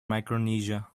micronesia